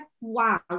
wow